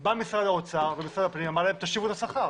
- בא משרד האוצר, משרד הפנים, אמר: תשיבו את השכר.